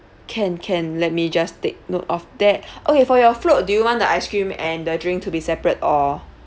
can can let me just take note of that okay for your float do you want the ice cream and the drink to be separate or